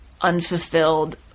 unfulfilled